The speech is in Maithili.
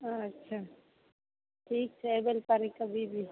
अच्छा ठीक छै अइबै खाली कभी भी